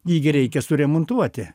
jį gi reikia suremontuoti